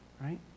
right